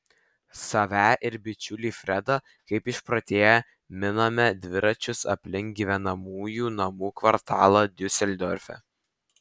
save ir bičiulį fredą kaip išprotėję miname dviračius aplink gyvenamųjų namų kvartalą diuseldorfe